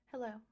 Hello